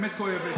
האמת כואבת.